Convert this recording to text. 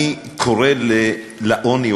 אני קורא לעוני,